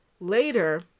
later